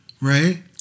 right